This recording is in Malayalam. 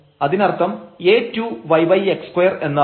അതിനർത്ഥം a2 yx2 എന്നാവും